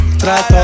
Trato